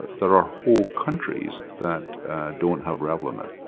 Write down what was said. there are whole countries that don't have revlimid,